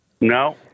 No